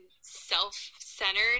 self-centered